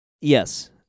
Yes